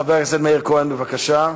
חבר הכנסת מאיר כהן, בבקשה.